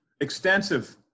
Extensive